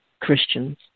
Christians